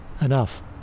enough